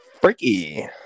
Freaky